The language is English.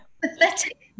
pathetic